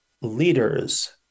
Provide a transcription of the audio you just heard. leaders